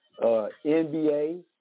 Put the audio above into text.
NBA